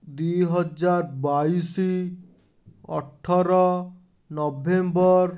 ଦୁଇ ହଜାର ବାଇଶି ଅଠର ନଭେମ୍ବର୍